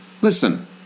Listen